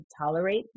tolerate